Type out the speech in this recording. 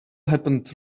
happened